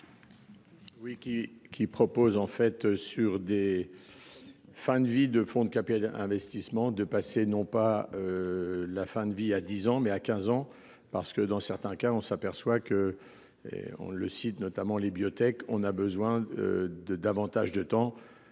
qui, qui propose en fait sur des. Fins de vie de fonds de capital-investissement de passer non pas. La fin de vie à 10 ans mais à 15 ans parce que dans certains cas, on s'aperçoit que, et on le cite notamment les biotechs. On a besoin. De davantage de temps